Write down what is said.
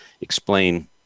explain